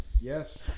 Yes